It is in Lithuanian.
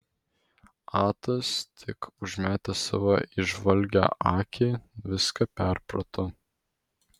atas tik užmetęs savo įžvalgią akį viską perprato